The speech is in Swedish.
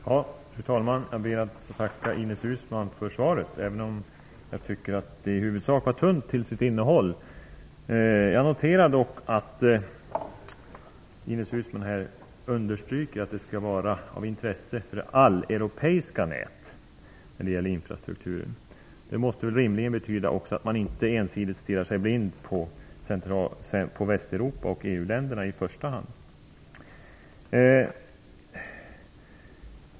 Fru talman! Jag ber att få tacka kommunikationsministern för svaret. Jag tycker dock att svaret innehållsligt i huvudsak var tunt. Jag noterar att Ines Uusmann när det gäller infrastruktursatsningar understryker att det skall vara projekt av intresse för ett alleuropeiskt nät. Det måste rimligen betyda att man inte ensidigt stirrar sig blind på t.ex. Västeuropa och EU-länderna i första hand.